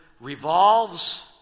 revolves